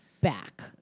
back